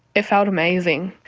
it felt amazing.